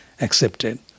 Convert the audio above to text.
accepted